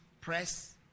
press